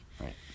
right